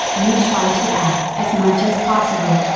you try to act as much as possible,